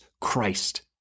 Christ